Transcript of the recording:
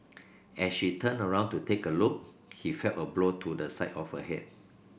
as she turned around to take a look he felt a blow to the side of her head